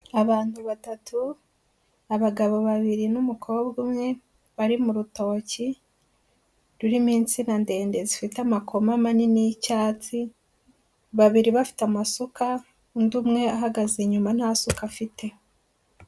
Abantu batatu abagabo babiri n'umukobwa umwe bari mu rutoki rurimo insina ndende zifite amakoma manini y'icyatsi, babiri bafite amasuka, undi umwe ahagaze inyuma nta suka afite.